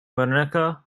guernica